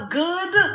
good